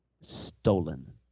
stolen